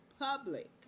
public